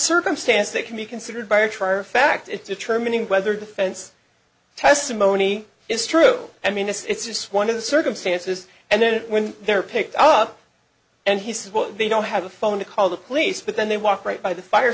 circumstance that can be considered by a true fact it determining whether defense testimony is true i mean it's just one of the circumstances and then when they're picked up and he says well they don't have a phone to call the police but then they walk right by the fire